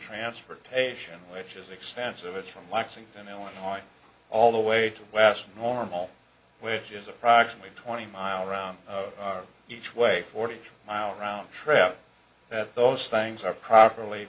transportation which is extensive as from lexington illinois all the way to west normal which is approximately twenty miles around each way forty mile round trip that those things are properly